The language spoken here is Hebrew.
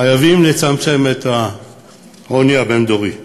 חייבים לצמצם את העוני הבין-דורי.